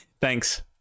Thanks